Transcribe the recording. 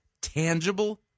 tangible